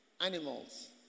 animals